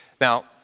Now